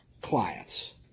clients